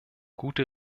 gute